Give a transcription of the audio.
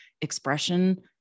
expression